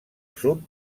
sud